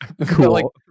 Cool